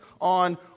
on